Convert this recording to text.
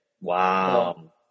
Wow